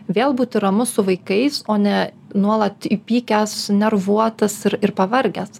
vėl būti ramus su vaikais o ne nuolat įpykęs nervuotas ir pavargęs